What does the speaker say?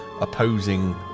opposing